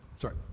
Sorry